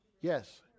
Yes